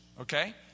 Okay